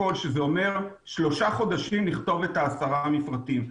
שזה אומר שלושה חודשים לכתוב את עשרה המפרטים,